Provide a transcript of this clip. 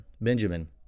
Benjamin